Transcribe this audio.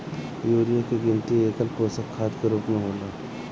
urea के गिनती एकल पोषक खाद के रूप में होला